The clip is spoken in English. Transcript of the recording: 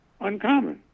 uncommon